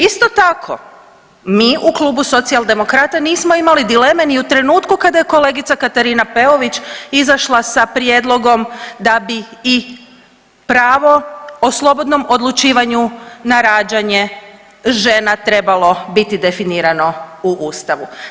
Isto tako, mi u Klubu Socijaldemokrata nismo imali dileme ni u trenutku kada je kolegica Katarina Peović izašla sa prijedlogom da bi i pravo o slobodnom odlučivanju na rađanje žena trebalo biti definirano u Ustavu.